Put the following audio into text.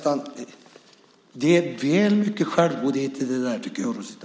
Det är väl mycket självgodhet i det, Rosita.